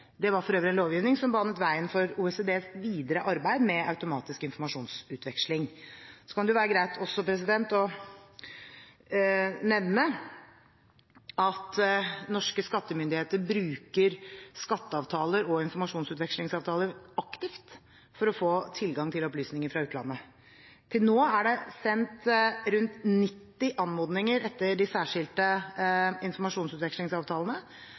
Det var for øvrig en lovgivning som banet veien for OECDs videre arbeid med automatisk informasjonsutveksling. Så kan det være greit også å nevne at norske skattemyndigheter bruker skatteavtaler og informasjonsutvekslingsavtaler aktivt for å få tilgang til opplysninger fra utlandet. Til nå er det sendt rundt 90 anmodninger etter de særskilte informasjonsutvekslingsavtalene,